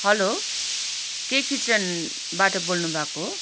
hello के किचनबाट बोल्नुभएको हो